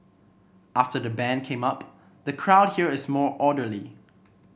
after the ban came up the crowd here is more orderly